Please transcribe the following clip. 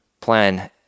Plan